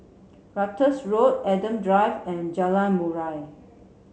Ratus Road Adam Drive and Jalan Murai